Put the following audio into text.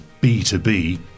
B2B